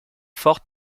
fort